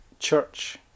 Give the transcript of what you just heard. church